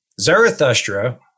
Zarathustra